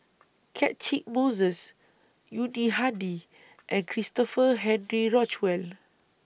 Catchick Moses Yuni Hadi and Christopher Henry Rothwell